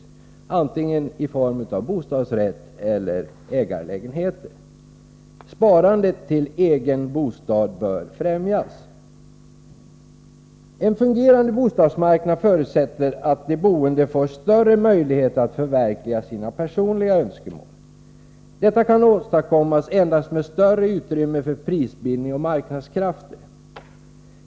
Upplåtelsen kan där ske i form av bostadsrätt eller i form av ägarlägenheter. Sparande till egen bostad bör främjas. En fungerande bostadsmarknad förutsätter att de boende får större möjligheter att förverkliga sina personliga önskemål. Detta kan åstadkommas endast genom ett större utrymme för prisbildning och marknadskrafter.